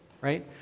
right